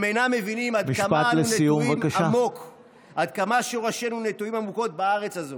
הם אינם מבינים עד כמה אנחנו נטועים עמוק,